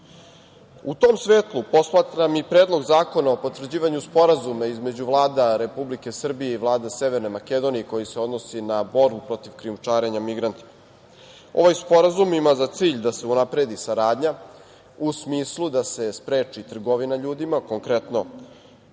U tom svetlu posmatram i Predlog zakona o potvrđivanju Sporazuma između Vlade Republike Srbije i Vlade Severne Makedonije, koji se odnosi na borbu protiv krijumčarenja migrantima. Ovaj sporazum ima za cilj da se unapredi saradnja, u smislu da se spreči trgovina ljudima. Konkretno,